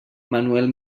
manuel